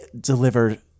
delivered